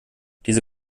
diese